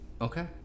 Okay